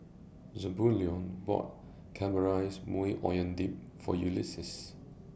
Zebulon bought Caramelized Maui Onion Dip For Ulises